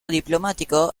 diplomático